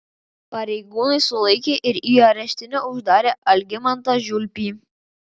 pareigūnai sulaikė ir į areštinę uždarė algimantą žiulpį